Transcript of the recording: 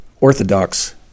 Orthodox